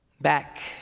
Back